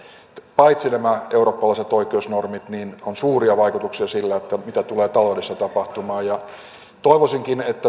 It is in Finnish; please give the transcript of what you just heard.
paitsi näillä eurooppalaisilla oikeusnormeilla suuria vaikutuksia on myös sillä mitä tulee taloudessa tapahtumaan ja toivoisinkin että